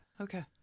Okay